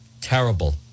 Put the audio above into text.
Terrible